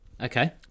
Okay